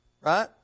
Right